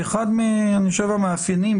אחד המאפיינים,